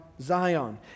Zion